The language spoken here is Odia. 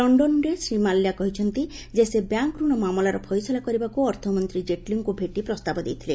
ଲଣ୍ଡନରେ ଶ୍ରୀ ମାଲ୍ୟା କହିଛନ୍ତି ଯେ ସେ ବ୍ୟାଙ୍କରଣ ମାମଲାର ଫଇସଲା କରିବାକୁ ଅର୍ଥମନ୍ତ୍ରୀ ଜେଟ୍ଲିଙ୍କୁ ଭେଟି ପ୍ରସ୍ତାବ ଦେଇଥିଲେ